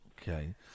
okay